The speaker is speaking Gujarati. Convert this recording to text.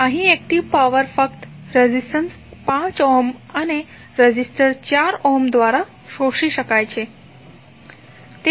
અહીં એક્ટીવ પાવર ફક્ત રેઝિસ્ટર 5 ઓહમ અને રેઝિસ્ટર 4 ઓહમ દ્વારા શોષી શકાય છે